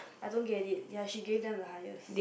I don't get it ya she gave them the highest